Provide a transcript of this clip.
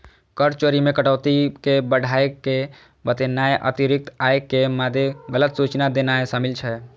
कर चोरी मे कटौती कें बढ़ाय के बतेनाय, अतिरिक्त आय के मादे गलत सूचना देनाय शामिल छै